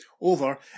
over